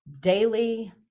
daily